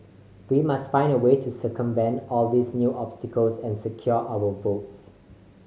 we must find a way to circumvent all these new obstacles and secure our votes